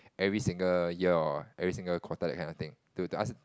every single year or every single quarter that kind of thing to to ask